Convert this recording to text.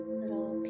little